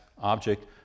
object